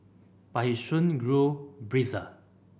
but he soon grew brazen